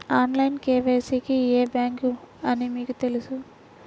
Online KYC కి ఏ bank అని మీకు తెలుసా?